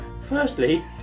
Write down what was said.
Firstly